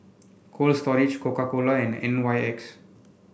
Cold Storage Coca Cola and N Y X